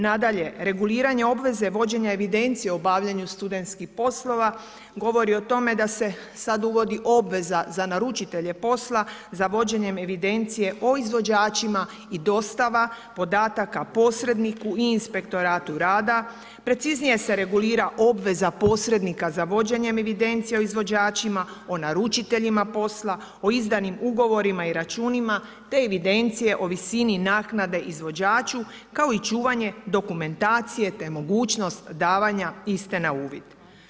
Nadalje, reguliranje obveze vođenja evidencije o obavljanju studentskih poslova govori o tome da se sad uvodi obveza za naručitelje posla za vođenjem evidencije o izvođačima i dostava podataka posredniku i inspektoratu rada, preciznije se regulira obveza posrednika za vođenjem evidencije o izvođačima, o naručiteljima posla, o izdanim ugovorima i računima te evidencije o visini naknade izvođaču, kao i čuvanje dokumentacije te mogućnost davanja iste na uvid.